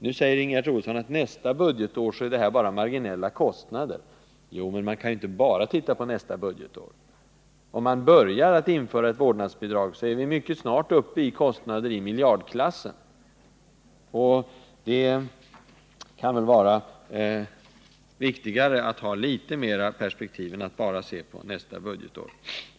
Nu säger Ingegerd Troedsson: Nästa budgetår medför detta förslag bara marginella kostnader. Ja, men man kan inte bara titta på nästa budgetår. Om vi börjar införa ett vårdnadsbidrag är vi mycket snart uppe i kostnader i miljardklassen. Det är viktigt, anser vi, att ha litet längre perspektiv än bara till nästa budgetår.